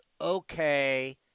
okay